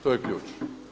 To je ključ.